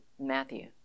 matthew